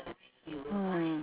mm